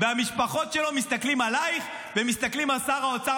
והמשפחות שלו מסתכלות עלייך ומסתכלות על שר האוצר